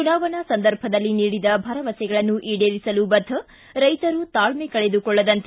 ಚುನಾವಣಾ ಸಂದರ್ಭದಲ್ಲಿ ನೀಡಿದ ಭರವಸೆಗಳನ್ನು ಈಡೇರಿಸಲು ಬದ್ಧ ರೈತರು ತಾಳ್ಮೆ ಕಳೆದುಕೊಳ್ಳದಂತೆ